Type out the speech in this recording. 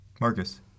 Marcus